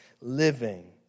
living